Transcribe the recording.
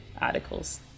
articles